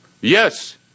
yes